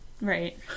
Right